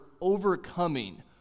overcoming